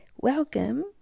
Welcome